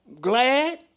Glad